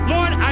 Lord